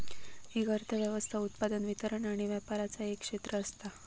एक अर्थ व्यवस्था उत्पादन, वितरण आणि व्यापराचा एक क्षेत्र असता